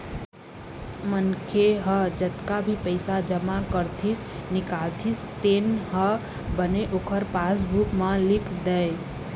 मनखे ह जतका भी पइसा जमा करतिस, निकालतिस तेन ह बने ओखर पासबूक म लिख दय